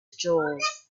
stones